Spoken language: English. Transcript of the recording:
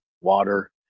water